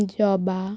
জবা